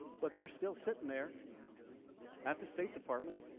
but they are still sitting there at the state department.